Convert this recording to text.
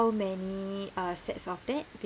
many uh sets of that